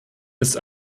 ist